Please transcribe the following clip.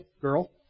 girl